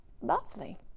lovely